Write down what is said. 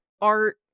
art